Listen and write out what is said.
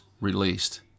released